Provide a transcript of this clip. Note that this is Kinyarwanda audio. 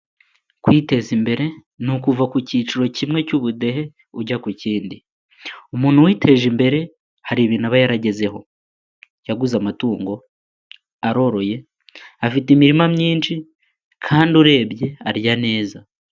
Kwiteza imbere ni ukuva ku cyiciro kimwe cy'ubudehe ujya ku kindi. Umuntu witeje imbere, hari ibintu aba yaragezeho. Yaguze amatungo, aroroye, afite imirima myinshi kandi urebye arya neza.